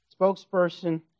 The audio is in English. spokesperson